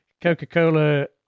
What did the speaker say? Coca-Cola